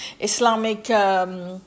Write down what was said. Islamic